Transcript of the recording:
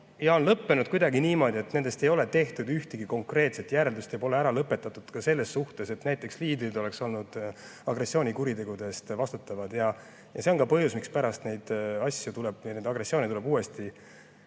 ja lõppenud kuidagi niimoodi, et nendest ei ole tehtud ühtegi konkreetset järeldust ja neid pole ära lõpetatud ka selles suhtes, et näiteks liidrid on pandud agressioonikuritegude eest vastutama. See on ka põhjus, mispärast neid asju, neid agressioone tuleb uuesti